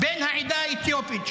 בן העדה האתיופית,